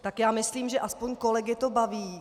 Tak já myslím, že aspoň kolegy to baví.